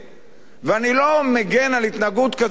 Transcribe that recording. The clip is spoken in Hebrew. ואני לא מגן על התנהגות כזאת או אחרת,